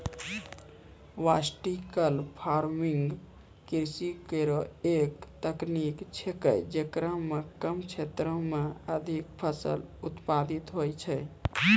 vertical farming कृषि केरो एक तकनीक छिकै, जेकरा म कम क्षेत्रो में अधिक फसल उत्पादित होय छै